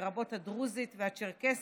לרבות הדרוזית והצ'רקסית,